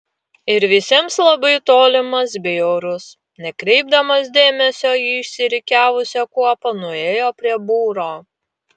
ir visiems labai tolimas bei orus nekreipdamas dėmesio į išsirikiavusią kuopą nuėjo prie būro